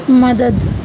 مدد